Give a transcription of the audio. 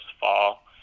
fall